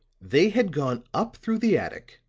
they had gone up through the attic,